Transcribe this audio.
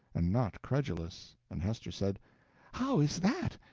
and not credulous and hester said how is that?